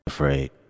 Afraid